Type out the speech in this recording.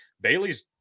Bailey's